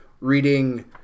reading